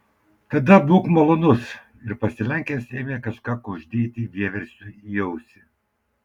tada būk malonus ir pasilenkęs ėmė kažką kuždėti vieversiui į ausį